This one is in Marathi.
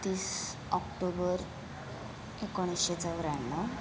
एकतीस ऑक्टोबर एकोणीसशे चौऱ्याण्णव